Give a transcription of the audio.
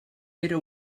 era